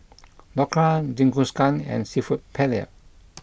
Dhokla Jingisukan and Seafood Paella